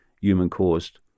human-caused